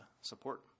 support